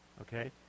Okay